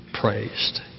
praised